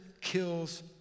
kills